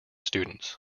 students